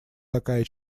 такая